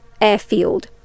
airfield